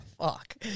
fuck